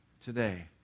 today